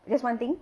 just one thing